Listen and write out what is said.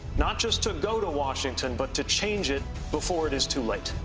not just to go to washington but to change it before it is too late.